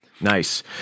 Nice